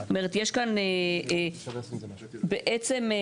זאת אומרת, יש כאן בעצם,